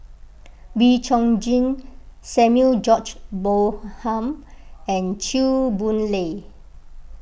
Wee Chong Jin Samuel George Bonham and Chew Boon Lay